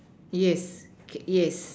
yes yes